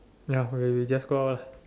ya we just go out lah